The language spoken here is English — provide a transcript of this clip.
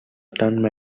don